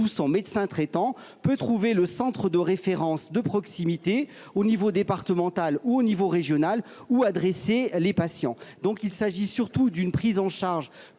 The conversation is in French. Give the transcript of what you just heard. médecin traitant peut trouver le centre de référence de proximité, au niveau départemental ou au niveau régional, où adresser les patients. Il a donc été institué une prise en charge